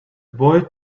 boy